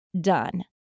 done